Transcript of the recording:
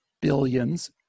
billions